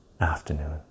afternoon